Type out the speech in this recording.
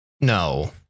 No